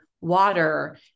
water